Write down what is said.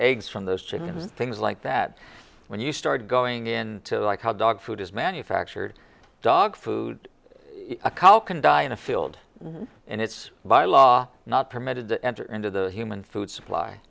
eggs from those two things like that when you start going in to like how dog food is manufactured dog food a cow can die in a field and it's by law not permitted to enter into the human food supply